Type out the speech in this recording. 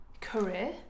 career